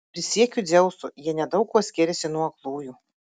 prisiekiu dzeusu jie nedaug kuo skiriasi nuo aklųjų